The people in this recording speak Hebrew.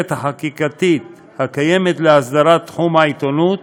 החקיקתית הקיימת להסדרת תחום העיתונות